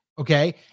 Okay